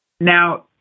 Now